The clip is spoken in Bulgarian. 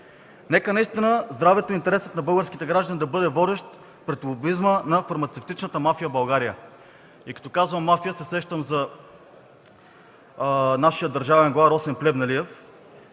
Нека наистина здравето и интересът на българските граждани да бъдат водещи пред лобизма на фармацевтичната мафия в България. И като казвам „мафия”, се сещам за нашия държавен глава Росен Плевнелиев.